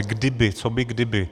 Kdyby, coby kdyby.